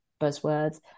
buzzwords